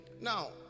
now